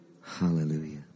Hallelujah